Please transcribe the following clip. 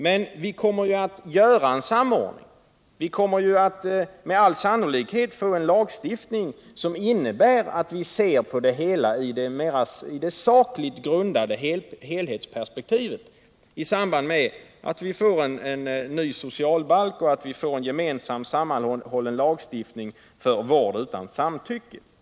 Men vi kommer att göra en samordning. Med all sannolikhet kommer vi att få en lagstiftning — en ny socialbalk och en gemensam, sammanhållen lagstiftning för vård utan samtycke — som medför att vi kan se på dessa frågor i ett sakligt grundat helhetsperspektiv.